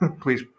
Please